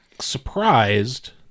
surprised